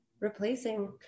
replacing